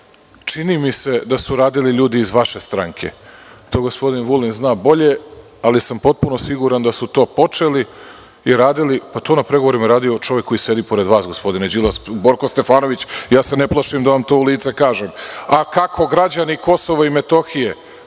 čini mi se da su radili ljudi iz vaše stranke. To gospodin Vulin zna bolje, ali sam potpuno siguran da su to počeli i radili. To na pregovorima je radio čovek koji sedi pored vas, gospodine Đilas, Borko Stefanović. Ja se ne plašim da vam to u lice kažem. Kako građani Kosova i Metohije